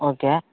okay